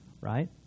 right